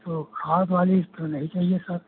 तो खाद वाली तो नहीं चाहिए सर